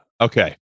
Okay